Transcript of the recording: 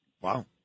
Wow